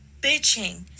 bitching